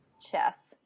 Chess